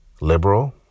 liberal